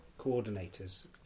coordinators